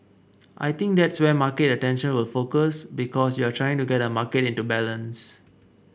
I think that's where market attention will focus because you're trying to get a market into balance